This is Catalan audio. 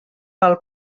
pel